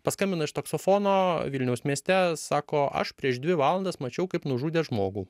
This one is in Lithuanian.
paskambina iš taksofono vilniaus mieste sako aš prieš dvi valandas mačiau kaip nužudė žmogų